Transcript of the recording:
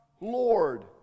Lord